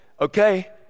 Okay